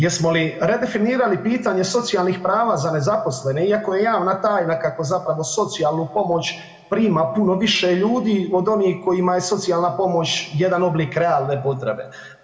Jesmo li redefinirali pitanje socijalnih prava za nezaposlene iako je javna tajna kako zapravo socijalnu pomoć prima puno više ljudi od onih kojima je socijalna pomoć jedna oblik realne potrebe?